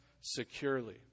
securely